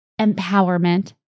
empowerment